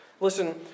Listen